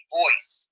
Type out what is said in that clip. voice